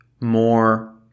more